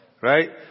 right